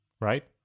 Right